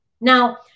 Now